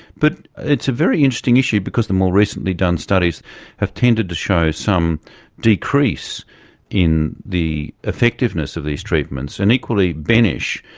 but it's a very interesting issue, because the more recently done studies have tended to show some decrease in the effectiveness of these treatments. and equally, benish,